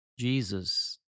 Jesus